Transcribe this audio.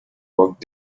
walked